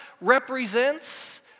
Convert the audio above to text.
represents